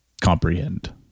comprehend